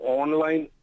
online